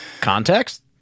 Context